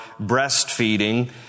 breastfeeding